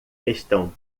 estão